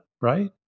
right